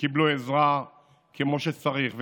וקיבלו עזרה כמו שצריך.